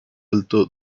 alto